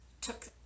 Took